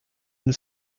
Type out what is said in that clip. and